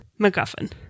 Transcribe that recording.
MacGuffin